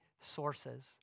sources